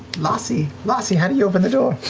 lassy, lassy, how do you open the door?